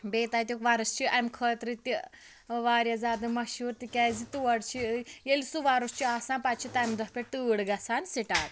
بیٚیہِ تتیُک وۄرس چھُ امہِ خٲطرٕ تہِ واریاہ زیادٕ مَشہور تکیاز تور چھِ ییٚلہِ سُہ وۄرس چھُ آسان پَتہٕ چھِ تمہِ دۄہ پٮ۪ٹھ تۭر گَژھان سٹاٹ